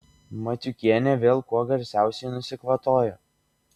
matiukienė vėl kuo garsiausiai nusikvatojo